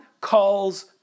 calls